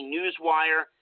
Newswire